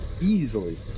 easily